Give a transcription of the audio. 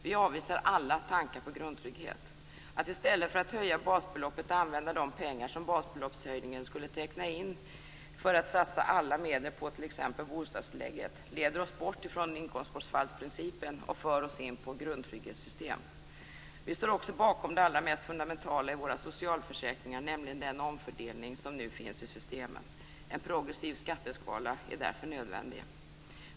Vi avvisar alla tankar på grundtrygghet. Att i stället för att höja basbeloppet använda de pengar som basbeloppshöjningen skulle teckna in för att satsa alla medel på t.ex. bostadstillägget leder oss bort ifrån inkomstbortfallsprincipen och för oss in på ett grundtrygghetssystem. Vi står också bakom det allra mest fundamentala i våra socialförsäkringar, nämligen den omfördelning som nu finns i systemen. En progressiv skatteskala är därför nödvändig.